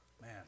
Man